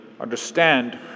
understand